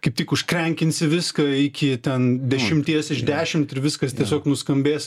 kaip tik užkrenkinsi viską iki ten dešimties iš dešimt ir viskas tiesiog nuskambės